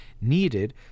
needed